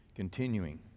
Continuing